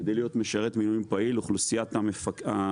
כדי להיות משרת מילואים פעיל אוכלוסיית הלוחמים,